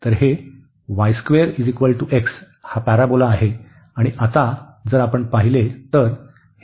तर हे हा पॅराबोला आहे आणि आता जर आपण पाहिले तर